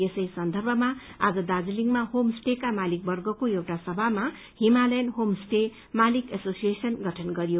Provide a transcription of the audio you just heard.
यसै सन्दर्भमा आज दार्जीलिङमा होम स्टे का मालिकवर्गको एउटा सभामा हिमालयन होम स्टे मालिक एसोसिएशन गठन गरियो